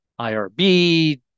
IRB